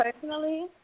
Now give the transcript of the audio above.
personally